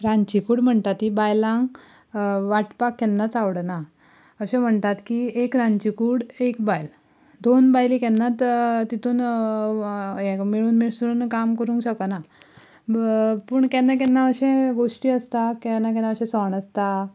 रांदचीकूड म्हणटात ती बायलांक वांटपाक केन्नाच आवडना अशें म्हणटात की एक रांदचीकूड एक बायल दोन बायलो केन्नाच तितून मेळून मिसळून काम करूंक शकना पूण केन्ना केन्ना अशें घोष्टी आसता केन्ना केन्ना अशे सण आसता